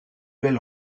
belle